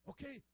Okay